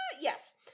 yes